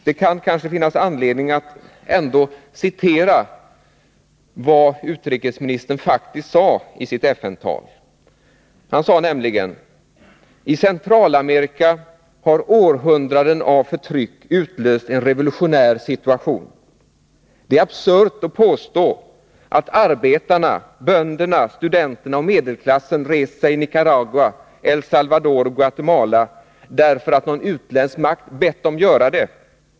Det kan kanske finnas anledning att citera vad utrikesministern faktiskt sade i sitt FN-tal: ”I Centralamerika har århundraden av förtryck utlöst en revolutionär situation. Det är absurt att påstå att arbetarna, bönderna, studenterna och medelklassen rest sig i Nicaragua, El Salvador och Guatemala därför att någon utländsk makt bett dem göra det.